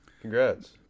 Congrats